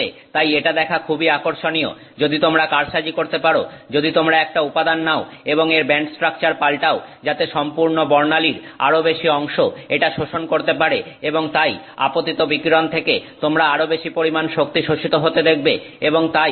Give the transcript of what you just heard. তাই এটা দেখা খুবই আকর্ষণীয় যদি তোমরা কারসাজি করতে পারো যদি তোমরা একটা উপাদান নাও এবং এর ব্যান্ড স্ট্রাকচার পাল্টাও যাতে সম্পূর্ণ বর্ণালীর আরো বেশি অংশ এটা শোষণ করতে পারে এবং তাই আপতিত বিকিরণ থেকে তোমরা আরো বেশি পরিমাণ শক্তি শোষিত হতে দেখবে